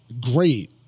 great